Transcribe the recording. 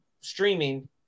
streaming